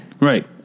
Right